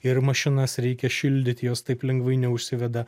ir mašinas reikia šildyti jos taip lengvai neužsiveda